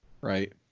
right